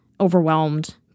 overwhelmed